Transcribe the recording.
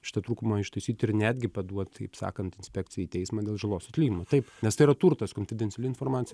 šitą trūkumą ištaisyt ir netgi paduot kaip sakant inspekciją į teismą dėl žalos atlyginimo taip nes tai yra turtas konfidenciali informacij